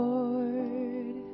Lord